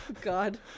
god